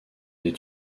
des